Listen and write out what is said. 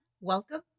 welcome